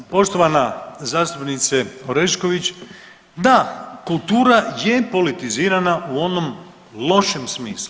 Poštovana zastupnice Orešković, da, kultura je politizirana u onom lošem smislu.